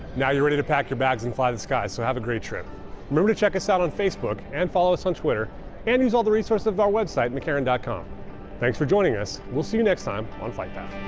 now you're ready to pack your bags and fly the skies so have a great trip remember to check us out on facebook and follow us on twitter and use all the resources of our website mccarran com thanks for joining us we'll see you next time on flight down